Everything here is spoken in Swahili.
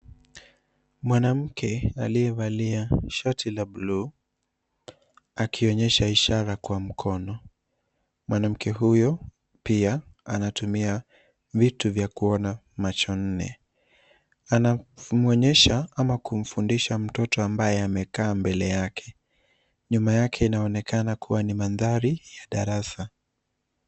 Mwanamke aliyevalia shati la buluu akionyesha ishara kwa mkono. Mwanamke huyu pia anatumia vitu vya kuona, macho nne. Anamwonyesha ama kumfundisha mtoto ambaye amekaa mbele yake. Nyuma yake inaonekana kuwa ni mandhari ya darasa.